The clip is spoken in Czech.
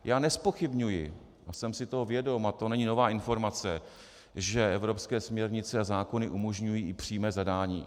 Já nezpochybňuji a jsem si toho vědom, a to není nová informace, že evropské směrnice a zákony umožňují i přímé zadání.